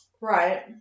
Right